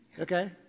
Okay